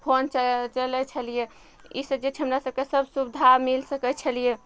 phone चले चलय छलियै ई सब जे छै हमरा सबके सब सुविधा मिल सकय छलियै